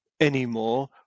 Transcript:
anymore